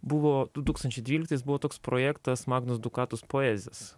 buvo du tūkstančiai dvyliktais buvo toks projektas magnus dukatus poezis